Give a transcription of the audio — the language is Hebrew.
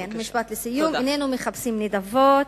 משפט לסיום: איננו מחפשים נדבות,